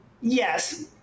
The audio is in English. yes